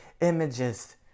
images